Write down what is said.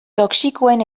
toxikoen